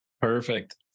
Perfect